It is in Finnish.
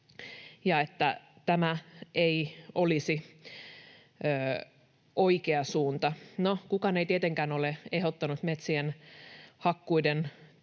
tämä ei olisi oikea suunta. No, kukaan ei tietenkään ole ehdottanut metsien hakkuiden